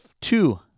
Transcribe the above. two